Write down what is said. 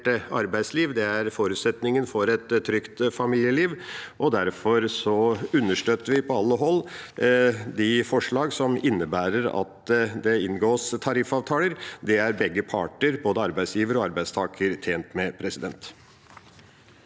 arbeidsliv. Det er forutsetningen for et trygt familieliv. Derfor understøtter vi på alle hold de forslag som innebærer at det inngås tariffavtaler. Det er begge parter, både arbeidsgiver og arbeidstaker, tjent med.